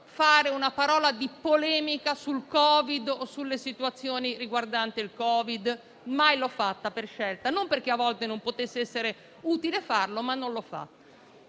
dire una parola di polemica sul Covid-19 o sulle situazioni che lo riguardano: non l'ho fatto mai per scelta; non perché a volte non potesse essere utile farlo, ma non l'ho fatto.